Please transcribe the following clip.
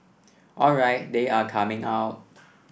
alright they are coming out